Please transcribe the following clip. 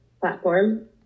platform